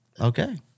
Okay